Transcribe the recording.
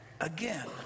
Again